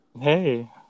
Hey